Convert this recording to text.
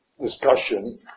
discussion